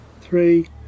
three